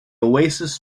oasis